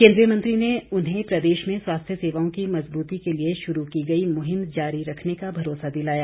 केन्द्रीय मंत्री ने उन्हें प्रदेश में स्वास्थ्य सेवाओं की मज़बूती के लिए शुरू की गई मुहिम जारी रखने का भरोसा दिलाया